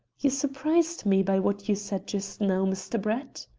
you surprised me by what you said just now, mr. brett?